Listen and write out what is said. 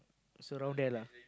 it's around there lah